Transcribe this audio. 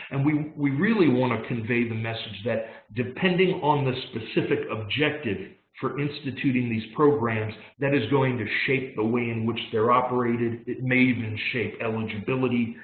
and we we really want to convey the message that depending on the specific objective for instituting these that is going to shape the way in which they're operated. it may even shape eligibility.